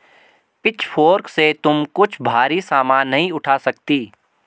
pitchfork से तुम कुछ भारी सामान नहीं उठा सकती